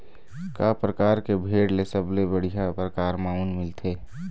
का परकार के भेड़ ले सबले बढ़िया परकार म ऊन मिलथे?